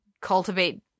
cultivate